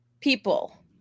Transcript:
people